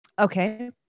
Okay